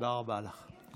תודה רבה לך.